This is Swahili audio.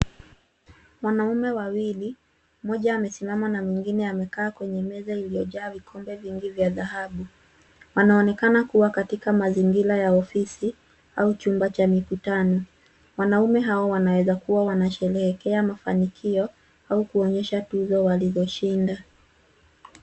Wanaume wawili mmoja amesimama na mmoja amekaa kwenye meza iliyo jaa vikombe vingi vya dhahabu anaonekana kuwa katika mazingira ya ofisi au chumba cha mkutano. wanaume wanaweza kuwa wanasherehekea mafanikio au kuonyesha tuzo walizo shinda.